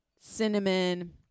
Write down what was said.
cinnamon